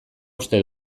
uste